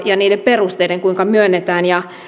ja niiden perusteiden kuinka myönnetään yhdenvertaistamisesta